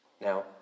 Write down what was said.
Now